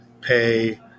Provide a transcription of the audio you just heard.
pay